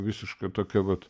visiška tokia vat